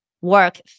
work